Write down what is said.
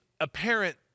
apparent